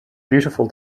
beautiful